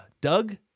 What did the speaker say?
Doug